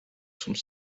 some